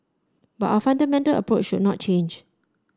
but our fundamental approach should not change